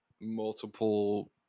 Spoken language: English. multiple